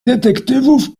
detektywów